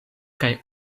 kaj